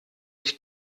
ich